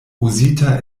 uzita